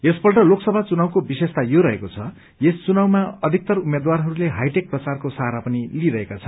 यसपल्ट लोकसभा चुनावको विशेषता यो रहेको छ कि यस चुनावमा अधिक्तर उम्मेद्वारहरूले हाइटेक प्रचारको सहारा पनि लिइरहेका छन्